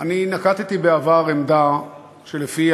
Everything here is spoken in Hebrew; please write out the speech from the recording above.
אני נקטתי בעבר עמדה שלפיה